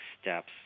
steps